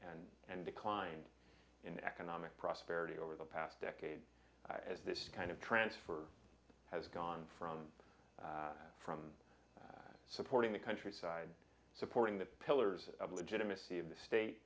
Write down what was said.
and declined in economic prosperity over the past decade as this kind of transfer has gone from from supporting the countryside supporting the pillars of legitimacy of the state